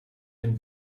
ein